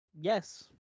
Yes